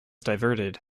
diverted